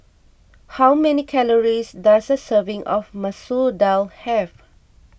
how many calories does a serving of Masoor Dal have